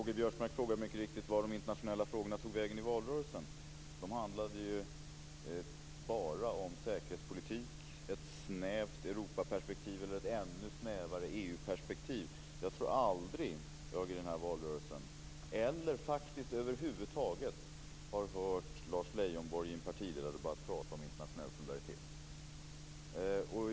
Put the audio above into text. Fru talman! K-G Biörsmark frågade vart de internationella frågorna tog vägen i valrörelsen. De handlade ju bara om säkerhetspolitik i ett snävt Europaperspektiv eller ett ännu snävare EU-perspektiv. Jag tror aldrig jag i den här valrörelsen - eller faktiskt över huvud taget - har hört Lars Leijonborg i en partiledardebatt prata om internationell solidaritet.